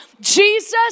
Jesus